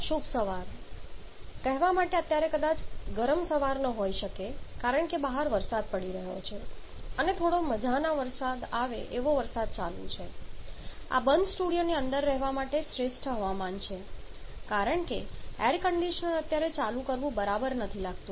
શુભ સવાર good morning બધાને કહેવા માટે અત્યારે કદાચ વધારે ગરમ સવાર ન હોઈ શકે કારણ કે બહાર વરસાદ પડી રહ્યો છે અને થોડો મજા ના આવે એવો વરસાદ ચાલુ છે અને આ બંધ સ્ટુડિયોની અંદર રહેવા માટે શ્રેષ્ઠ હવામાન છે કારણ કે એર કંડિશનર અત્યારે ચાલુ કરવું બરાબર નથી લાગતું